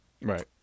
Right